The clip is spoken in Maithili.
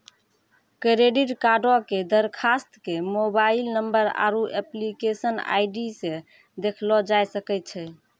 क्रेडिट कार्डो के दरखास्त के मोबाइल नंबर आरु एप्लीकेशन आई.डी से देखलो जाय सकै छै